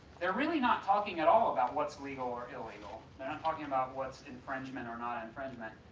they're really not talking at all about what's legal or illegal, they're not talking about what's infringement or not infringement.